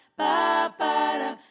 Ba-ba-da